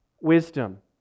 wisdom